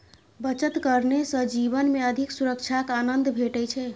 बचत करने सं जीवन मे अधिक सुरक्षाक आनंद भेटै छै